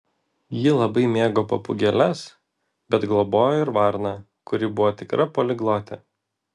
ji labai mėgo papūgėles bet globojo ir varną kuri buvo tikra poliglotė